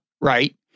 right